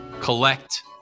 collect